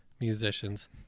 musicians